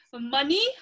Money